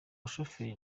bashoferi